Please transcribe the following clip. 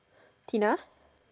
Tina